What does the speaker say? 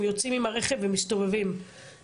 צריך לעשות את זה,